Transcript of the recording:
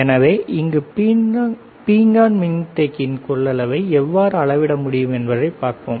எனவே இந்த பீங்கான் மின்தேக்கியின் கொள்ளளவை எவ்வாறு அளவிட முடியும் என்பதைப் பார்ப்போம்